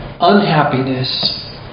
unhappiness